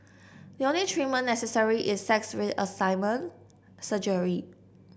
the only treatment necessary is sex reassignment surgery